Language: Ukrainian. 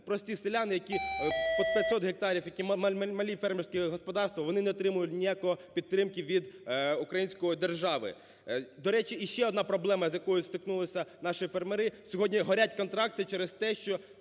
прості селяни, які 500 гектарів, які малі фермерські господарства, вони не отримують ніякої підтримки від української держави. До речі, ще одна проблема, з якою стикнулися наші фермери, сьогодні горять контракти через те, що